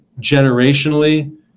generationally